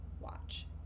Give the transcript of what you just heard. watch